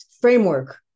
framework